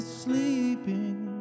sleeping